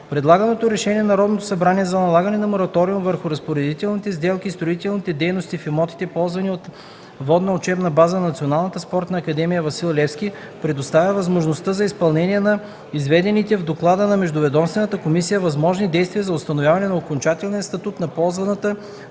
Предлаганото решение на Народното събрание за налагане на мораториум върху разпоредителните сделки и строителните дейности в имотите, ползвани от Водна учебна база на Националната спортна академия „Васил Левски”, предоставя възможността за изпълнение на изведените в доклада на междуведомствената комисия възможни действия за установяване на окончателния статут на ползваната